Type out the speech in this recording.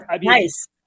Nice